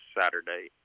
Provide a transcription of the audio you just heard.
Saturday